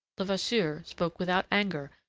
levasseur spoke without anger,